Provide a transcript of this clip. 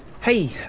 hey